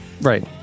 Right